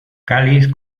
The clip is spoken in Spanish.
cáliz